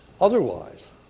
Otherwise